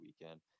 weekend